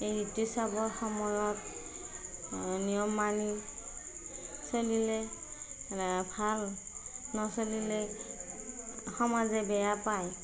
এই ঋতুস্ৰাবৰ সময়ত নিয়ম মানি চলিলে ভাল নচলিলে সমাজে বেয়া পায়